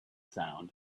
sound